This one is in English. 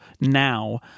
now